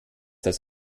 das